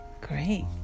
Great